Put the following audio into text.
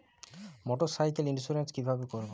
মোটরসাইকেলের ইন্সুরেন্স কিভাবে করব?